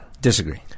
Disagree